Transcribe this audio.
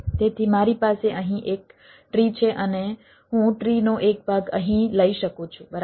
તેથી મારી પાસે અહીં એક ટ્રી છે અને હું ટ્રીનો એક ભાગ અહીં લઈ શકું છું બરાબર